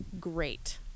great